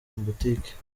boutique